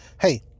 Hey